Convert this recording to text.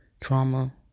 trauma